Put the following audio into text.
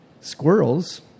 Squirrels